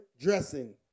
dressing